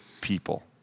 people